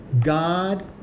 God